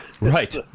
Right